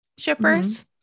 shippers